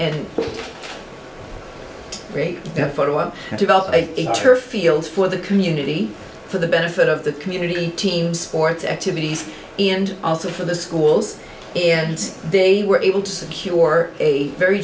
one develop a turf field for the community for the benefit of the community team sports activities and also for the schools and they were able to secure a very